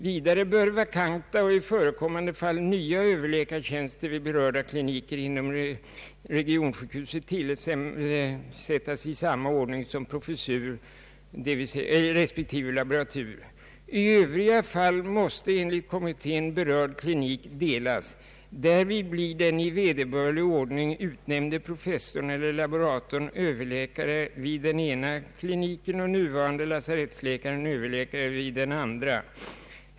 Vidare bör vakanta och i förekommande fall nya överläkartjänster vid berörda kliniker inom regionssjukhuset tillsättas i samma ordning som professur resp. laboratur. I övriga fall måste enligt kommittén berörd klinik delas. Därvid blir den i vederbörlig ordning utnämnde professorn eller laboratorn överläkare vid den ena kliniken och nuvarande lasarettsläkaren överläkare vid den andra.